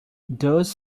those